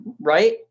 right